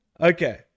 Okay